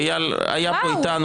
איל היה פה איתנו.